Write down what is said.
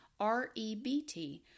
REBT